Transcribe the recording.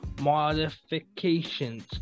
modifications